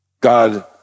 God